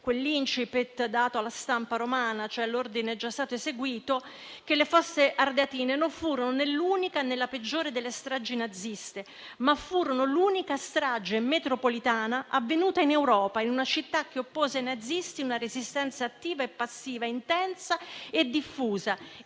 quell'*incipit* dato alla stampa romana - «L'ordine è già stato eseguito», le Fosse Ardeatine non furono né l'unica, né la peggiore delle stragi naziste, ma furono l'unica strage metropolitana avvenuta in Europa, in una città che oppose ai nazisti una resistenza attiva e passiva intensa e diffusa